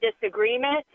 disagreement